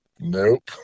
nope